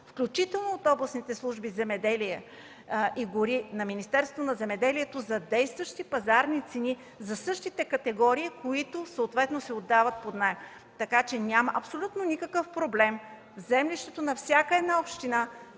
включително от областните служби „Земеделие и гори” на Министерството на земеделието, за действащи пазарни цени за същите категории, които съответно се отдават под наем. Така че няма абсолютно никакъв проблем. В землището на всяка община